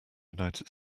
united